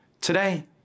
Today